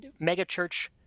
Megachurch